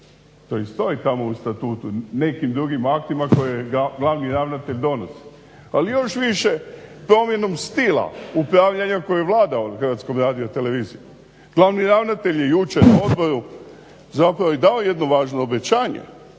to i stoji tamo u statutu, nekim drugim aktima koje glavni ravnatelj donosi, ali još više promjenom stila upravljanja koja vlada HRT-om. Glavni ravnatelj je jučer na odboru zapravo i dao jedno važno obećanje